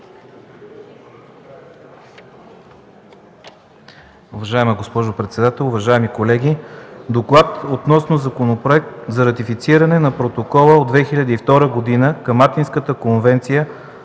Уважаема госпожо председател, уважаеми колеги! „ДОКЛАД относно Законопроект за ратифициране на Протокола от 2002 г. към Атинската конвенция